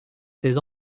ses